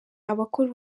abakora